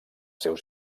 seus